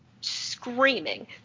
screaming